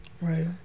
Right